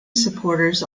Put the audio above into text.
supporters